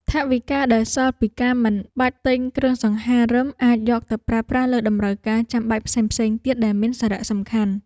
ថវិកាដែលសល់ពីការមិនបាច់ទិញគ្រឿងសង្ហារិមអាចយកទៅប្រើប្រាស់លើតម្រូវការចាំបាច់ផ្សេងៗទៀតដែលមានសារៈសំខាន់។